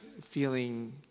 feeling